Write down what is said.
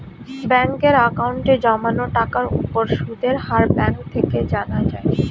ব্যাঙ্কের অ্যাকাউন্টে জমানো টাকার উপর সুদের হার ব্যাঙ্ক থেকে জানা যায়